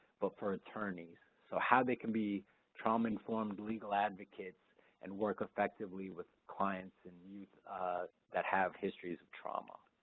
but for attorneys, so how they can be trauma-informed legal advocates and work effectively with clients and youth that have histories of trauma.